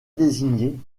désignée